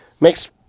makes